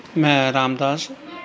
ਮੈਂ ਰਾਮਦਾਸ